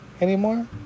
Anymore